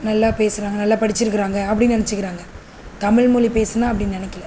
நல்லா பேசுகிறாங்க நல்லா படிச்சிருக்கிறாங்க அப்படின்னு நினச்சிக்கிறாங்க தமிழ்மொலி பேசுனால் அப்படி நினைக்கல